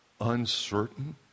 uncertain